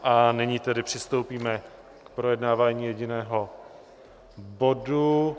A nyní tedy přistoupíme k projednávání jediného bodu.